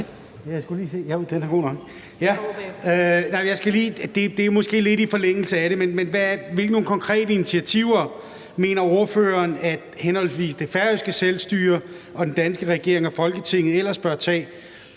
Det er måske lidt i forlængelse af det, men jeg skal lige høre: Hvilke konkrete initiativer mener ordføreren at henholdsvis det færøske selvstyre og den danske regering og Folketinget ellers bør tage